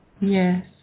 Yes